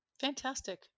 Fantastic